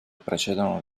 precedono